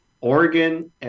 Oregon